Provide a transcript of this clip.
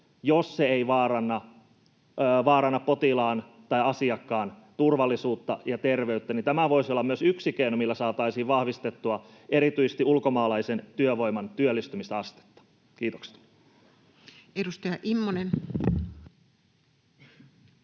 jos se ei vaaranna potilaan tai asiakkaan turvallisuutta ja terveyttä. Tämä voisi olla myös yksi keino, millä saataisiin vahvistettua erityisesti ulkomaalaisen työvoiman työllistymisastetta. — Kiitokset. [Speech